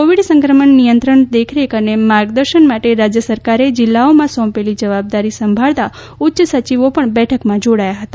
Covid સંક્રમણ નિયંત્રણ દેખરેખ અને માર્ગદર્શન માટે રાજ્ય સરકારે જિલ્લાઓમાં સોંપેલી જવાબદારી સંભાળતા ઉચ્ય સંચિવો પણ બેઠકમાં જોડાયા હતા